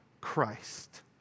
Christ